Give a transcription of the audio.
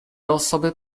osoby